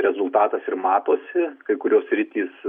rezultatas ir matosi kai kurios sritys